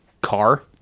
Car